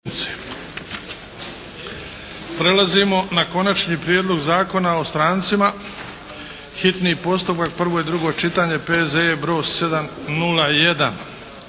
Prelazimo na - Konačni prijedlog Zakona o strancima, hitni postupak, prvo i drugo čitanje P.Z.E. br. 701